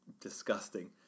disgusting